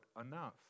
enough